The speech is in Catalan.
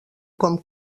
com